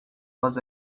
was